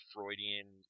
Freudian